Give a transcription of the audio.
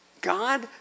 God